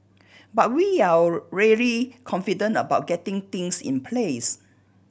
but we're all really confident about getting things in place